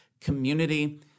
Community